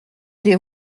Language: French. des